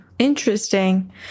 Interesting